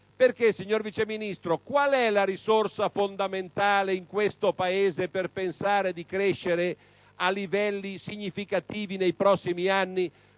Infatti, signor Vice Ministro, qual è la risorsa fondamentale in questo Paese per pensare di crescere a livelli significativi nei prossimi anni?